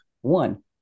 One